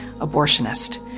abortionist